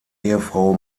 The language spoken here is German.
ehefrau